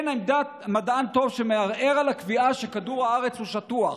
מדען טוב מערער על הקביעה שכדור הארץ הוא שטוח.